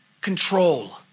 control